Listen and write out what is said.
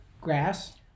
grass